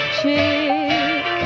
chick